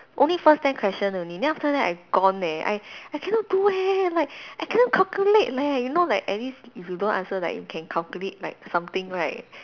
only first ten question only then after that I gone eh I I cannot do eh like I cannot calculate leh you know like at least if you don't answer like at you can calculate like something right